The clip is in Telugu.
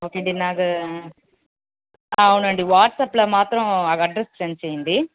ఓకే అండి నాకు అవునండీ వాట్సాప్లో మాత్రం నాకు అడ్రస్ సెండ్ చెయ్యండి